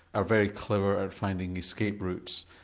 are very clever at finding escape routes,